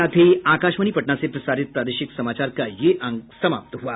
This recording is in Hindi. इसके साथ ही आकाशवाणी पटना से प्रसारित प्रादेशिक समाचार का ये अंक समाप्त हुआ